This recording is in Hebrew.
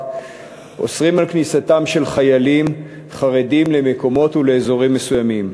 אוסרים על חיילים חרדים להיכנס למקומות ולאזורים מסוימים.